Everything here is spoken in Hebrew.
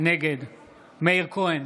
נגד מאיר כהן,